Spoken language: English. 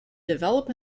develop